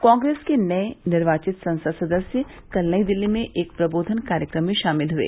कांग्रेस के नए निर्वाचित संसद सदस्य कल नई दिल्ली में एक प्रबोधन कार्यक्रम में शामिल हुए